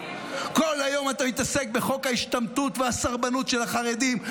כל היום אתה מתעסק בחוק ההשתמטות והסרבנות של החרדים,